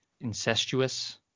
incestuous